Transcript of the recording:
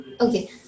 Okay